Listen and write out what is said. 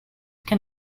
can